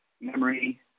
memory